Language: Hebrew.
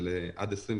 זה עד 2023,